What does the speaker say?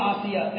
Asia